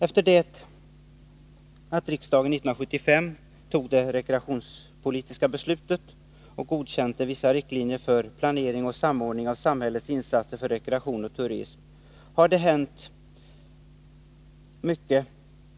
Efter det att riksdagen år 1975 tog det rekreationspolitiska beslutet och godkände vissa riktlinjer för planering och samordning av samhällets insatser för rekreation och turism har det hänt mycket.